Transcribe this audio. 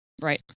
Right